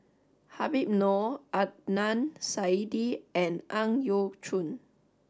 Habib Noh Adnan Saidi and Ang Yau Choon